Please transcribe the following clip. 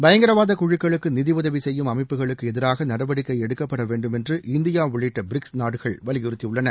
பயங்கரவாத குழுக்குளுக்கு நிதியுதவி செய்யும் அமைப்புகளுக்கு எதிராக நடவடிக்கை எடுக்கப்பட வேண்டும் என்று இந்தியா உள்ளிட்ட பிரிக்ஸ் நாடுகள் வலியுறுத்தியுள்ளன